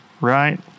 right